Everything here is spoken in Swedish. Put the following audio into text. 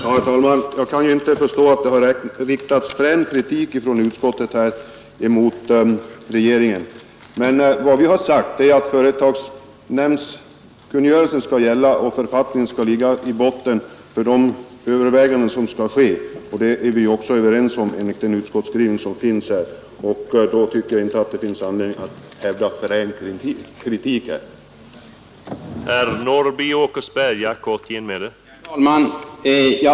Herr talman! Jag kan inte förstå att det anses att utskottet här har riktat frän kritik mot regeringen. Vad vi har sagt är att företagsnämndskungörelsen skall gälla och att författningen skall ligga i botten för de överväganden som görs. Detta är vi också överens om enligt mitt sätt att tolka den utskottsskrivning som föreligger. Jag tycker då inte att det finns anledning att hävda att frän kritik har riktats mot regeringen, knappast ens kritik.